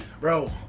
Bro